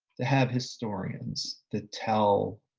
to have historians that tell,